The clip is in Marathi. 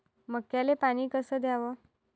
मक्याले पानी कस द्याव?